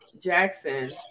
Jackson